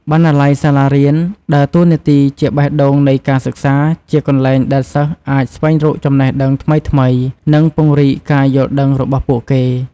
បណ្ណាល័យសាលារៀនដើរតួនាទីជាបេះដូងនៃការសិក្សា ជាកន្លែងដែលសិស្សអាចស្វែងរកចំណេះដឹងថ្មីៗ និងពង្រីកការយល់ដឹងរបស់ពួកគេ។